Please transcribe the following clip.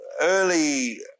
early